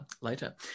later